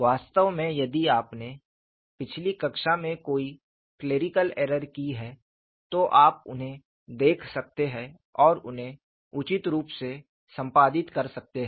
वास्तव में यदि आपने पिछली कक्षा में कोई क्लेरिकल एरर की है तो आप उन्हें देख सकते हैं और उन्हें उचित रूप से संपादित कर सकते हैं